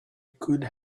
could